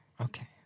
Okay